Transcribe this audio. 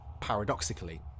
paradoxically